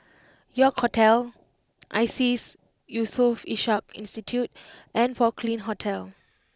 York Hotel Iseas Yusof Ishak Institute and Porcelain Hotel